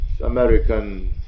American